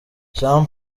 jean